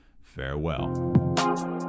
Farewell